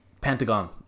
Pentagon